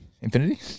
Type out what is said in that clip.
Infinity